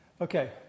Okay